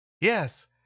Yes